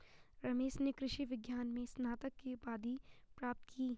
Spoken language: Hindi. रमेश ने कृषि विज्ञान में स्नातक की उपाधि प्राप्त की